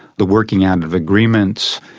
the working out of agreements,